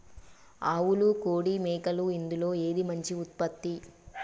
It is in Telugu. ఆవులు కోడి మేకలు ఇందులో ఏది మంచి ఉత్పత్తి?